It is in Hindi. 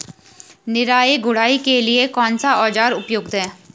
निराई गुड़ाई के लिए कौन सा औज़ार उपयुक्त है?